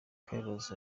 carlos